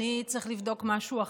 אני צריך לבדוק משהו אחר.